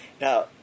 Now